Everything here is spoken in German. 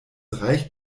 reicht